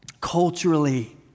Culturally